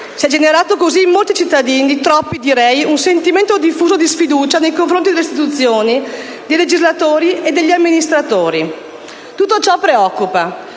Si è generato così in molti cittadini - troppi direi - un sentimento diffuso di sfiducia nei confronti delle istituzioni, dei legislatori e degli amministratori. Tutto ciò preoccupa.